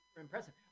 Impressive